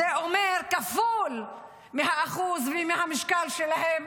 זאת אומרת כפול מהאחוז ומהמשקל שלהם